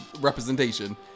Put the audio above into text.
representation